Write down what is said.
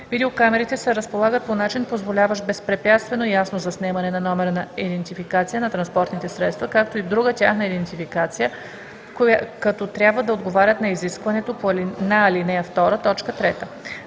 Видеокамерите се разполагат по начин позволяващ безпрепятствено ясно заснемане на номера за идентификация на транспортните средства, както и друга тяхна идентификация, като трябва да отговарят на изискването на ал. 2, т. 3.